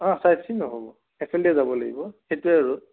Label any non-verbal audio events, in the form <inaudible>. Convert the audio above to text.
<unintelligible> সেইফালে দিয়ে যাব লাগিব সেইটোৱে ৰুট